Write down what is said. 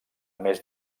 més